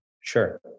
Sure